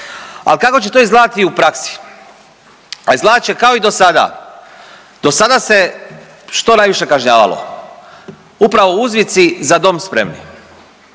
A kako će to izgledati u praksi? A izgledat će kao i dosada. Dosada se što najviše kažnjavalo? Upravo uzvici „Za dom spremni“.